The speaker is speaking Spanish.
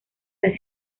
las